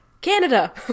Canada